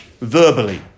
verbally